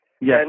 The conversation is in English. Yes